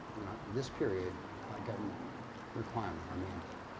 you know, this period by government requirement or mandate.